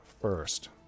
first